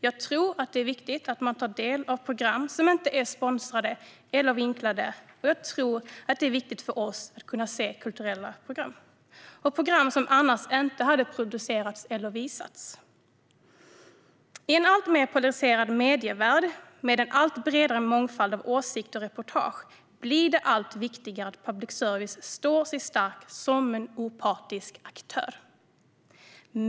Jag tror att det är viktigt att få ta del av program som inte är sponsrade eller vinklade, och jag tror att det är viktigt för oss att kunna se kulturella program och program som annars inte hade producerats eller visats. I en alltmer polariserad medievärld och med en allt bredare mångfald av åsikter och reportage blir det allt viktigare att public service står sig stark som en opartisk aktör.